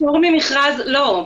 לא.